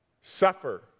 suffer